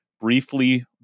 briefly